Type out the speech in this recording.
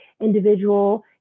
individual